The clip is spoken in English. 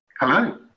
Hello